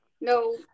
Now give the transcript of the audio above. No